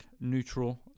neutral